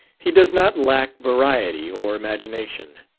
he does not lack variety or imagination,